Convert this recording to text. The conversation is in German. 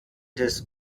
des